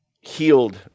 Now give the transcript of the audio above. healed